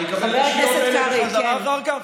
אני אקבל את השניות האלה בחזרה אחר כך?